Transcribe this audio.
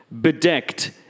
bedecked